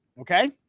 Okay